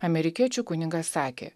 amerikiečių kunigas sakė